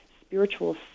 spiritual